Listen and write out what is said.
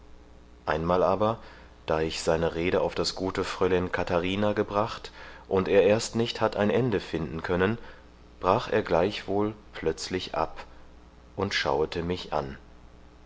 einmal aber da ich seine rede auf das gute frölen katharina gebracht und er erst nicht hatt ein ende finden können brach er gleichwohl plötzlich ab und schauete mich an